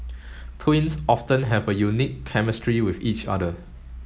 twins often have a unique chemistry with each other